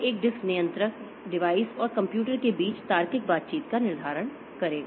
एक डिस्क नियंत्रक यह डिवाइस और कंप्यूटर के बीच तार्किक बातचीत का निर्धारण करेगा